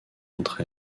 entre